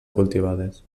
cultivades